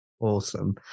Awesome